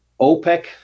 OPEC